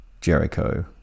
Jericho